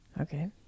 Okay